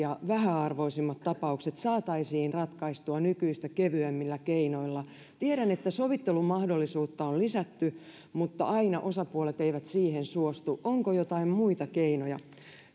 ja vähäarvoisimmat tapaukset saataisiin ratkaistua nykyistä kevyemmillä keinoilla tiedän että sovittelun mahdollisuutta on lisätty mutta aina osapuolet eivät siihen suostu onko joitain muita keinoja